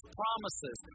promises